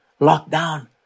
lockdown